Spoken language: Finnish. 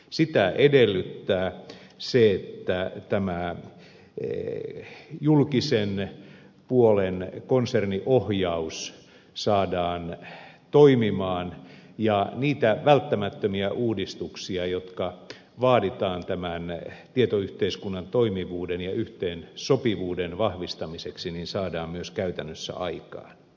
se edellyttää sitä että tämä julkisen puolen konserniohjaus saadaan toimimaan ja niitä välttämättömiä uudistuksia jotka vaaditaan tämän tietoyhteiskunnan toimivuuden ja yhteensopivuuden vahvistamiseksi saadaan myös käytännössä aikaan